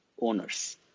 owners